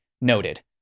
noted